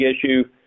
issue